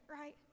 right